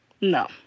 No